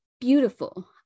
beautiful